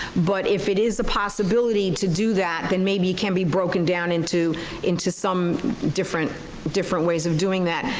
but if it is a possibility to do that, then maybe it can be broken down into into some different different ways of doing that.